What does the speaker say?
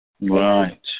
Right